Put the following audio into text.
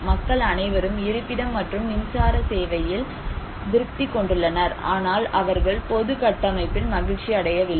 மக்கள் அனைவரும் இருப்பிடம் மற்றும் மின்சார சேவையில் திருப்தி கொண்டுள்ளனர் ஆனால் அவர்கள் பொது கட்டமைப்பில் மகிழ்ச்சியடையவில்லை